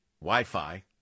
Wi-Fi